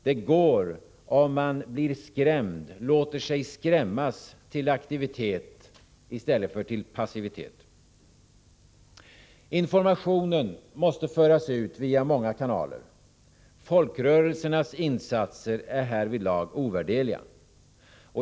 Det går om man låter sig skrämmas till aktivitet i stället för passivitet. Informationen måste föras ut via många kanaler. Folkrörelsernas insatser är här ovärderliga.